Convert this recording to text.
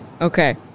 okay